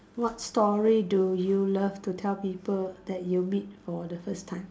what story do you love to tell people that you meet for the first time